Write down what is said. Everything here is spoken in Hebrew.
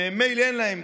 ומייל אין להם,